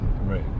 Right